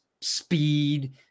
speed